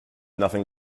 nothing